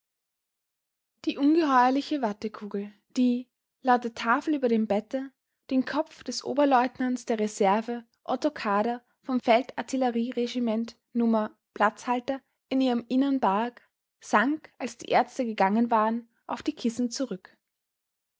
die ungeheuerliche wattekugel die laut der tafel über dem bette den kopf des oberleutnants der reserve otto kadar vom feldartillerieregiment no in ihrem innern barg sank als die ärzte gegangen waren auf die kissen zurück